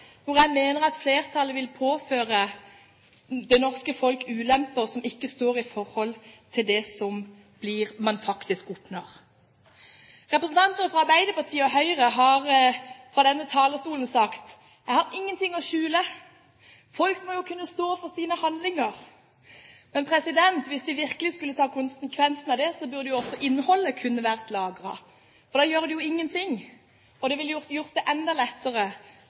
hvor jeg mener at flertallet vil påføre det norske folk ulemper som ikke står i forhold til det som man faktisk oppnår. Representanter fra Arbeiderpartiet og Høyre har fra denne talerstolen sagt: Jeg har ingenting å skjule. Folk må jo kunne stå for sine handlinger. Men hvis man virkelig skulle ta konsekvensene av det, burde jo også innholdet kunne vært lagret. Da gjør det jo ingenting, og det ville gjort det enda lettere